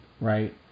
right